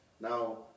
Now